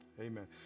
Amen